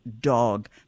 dog